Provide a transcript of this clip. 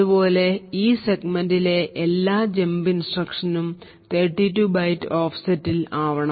അതുപോലെ ഈ സെഗ്മെന്റിലെ എല്ലാ ജമ്പ് ഇൻസ്ട്രക്ഷൻ ഉം 32 ബൈറ്റ് ഓഫ്സെറ്റിൽ ആവണം